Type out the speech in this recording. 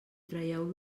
traieu